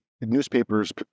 newspapers